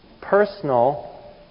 personal